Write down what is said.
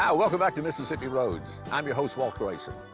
ah welcome back to mississippi roads. i'm your host, walt grayson.